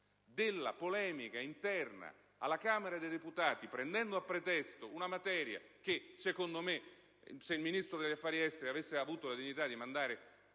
della polemica interna alla Camera dei deputati, prendendo a pretesto una materia per la quale, secondo me, se il Ministro degli affari esteri avesse avuto la dignità di mandare